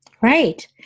Right